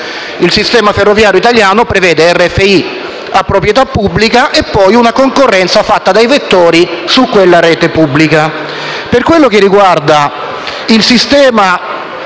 il sistema ferroviario italiano prevede RFI, a proprietà pubblica, e poi una concorrenza fatta dai vettori su quella rete pubblica.